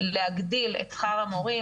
להגדיל את שכר המורים.